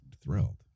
thrilled